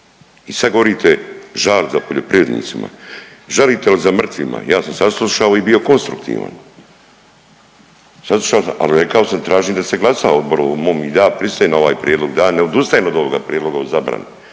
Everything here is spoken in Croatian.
i sad govorite žal za poljoprivrednicima. Žalite li za mrtvima? Ja sam saslušao i bio konstruktivan, saslušao sam, ali rekao sam tražim da se glasa o odboru ovom mom i da ja pristajem na ovaj prijedlog, da ja ne odustajem od ovoga prijedloga od zabrane,